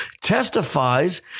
testifies